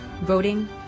voting